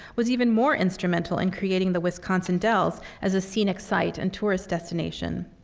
was even more instrumental in creating the wisconsin dells as a scenic site and tourist destination.